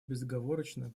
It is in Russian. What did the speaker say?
безоговорочно